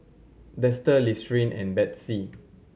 Dester Listerine and Betsy